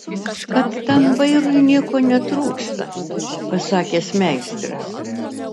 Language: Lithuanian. kad tam vairui nieko netrūksta pasakęs meistras